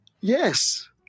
Yes